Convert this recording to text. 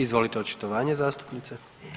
Izvolite očitovanje zastupnice.